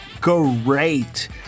Great